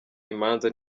imanza